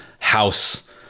House